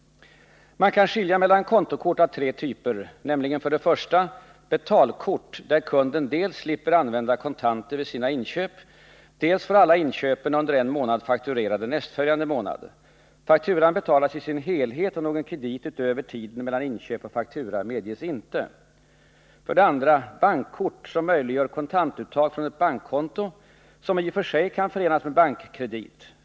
Man kan skilja mellan kontokort av tre typer, nämligen 2. Bankkort, som möjliggör kontantuttag från ett bankkonto som i och för sig kan förenas med bankkredit.